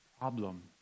problem